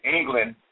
England